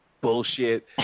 bullshit